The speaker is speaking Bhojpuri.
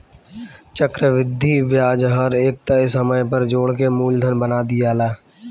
चक्रविधि ब्याज हर एक तय समय पर जोड़ के मूलधन बना दियाला